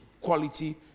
Quality